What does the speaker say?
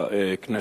בכנסת.